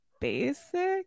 basic